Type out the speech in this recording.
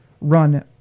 run